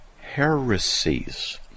heresies